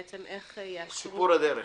בעצם איך יאשרו --- סיפור הדרך,